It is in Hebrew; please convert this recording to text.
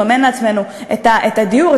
לממן לעצמנו את הדיור,